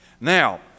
Now